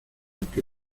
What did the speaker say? que